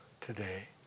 today